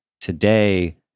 Today